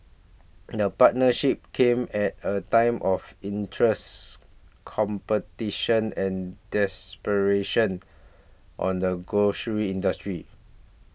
the partnership came at a time of interests competition and desperation on the grocery industry